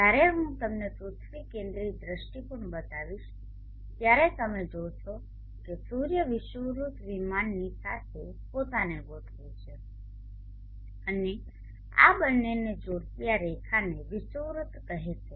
જ્યારે હું તમને પૃથ્વી કેન્દ્રિત દૃષ્ટિકોણ બતાવીશ ત્યારે તમે જોશો કે સૂર્ય વિષુવવૃત્ત વિમાનની સાથે પોતાને ગોઠવે છે અને આ બંનેને જોડતી આ રેખાને વિષુવવૃત્ત કહેવામાં આવે છે